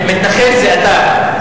מתנחל זה אתה.